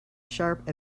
sharp